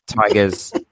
Tigers